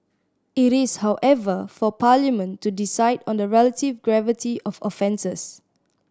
it is however for Parliament to decide on the relative gravity of offences